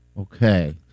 Okay